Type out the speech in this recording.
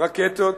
רקטות